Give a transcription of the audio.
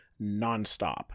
nonstop